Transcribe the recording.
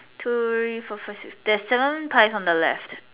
two three four five six there's seven pies on the left